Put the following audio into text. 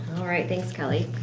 alright, thanks kelley.